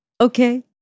Okay